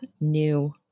new